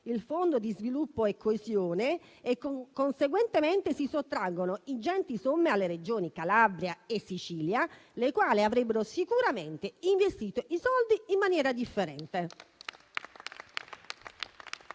il Fondo per lo sviluppo e la coesione e conseguentemente si sottraggono ingenti somme alle Regioni Calabria e Sicilia, le quali avrebbero sicuramente investito i soldi in maniera differente.